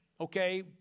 okay